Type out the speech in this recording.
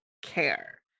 care